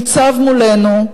ניצב מולנו.